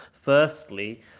Firstly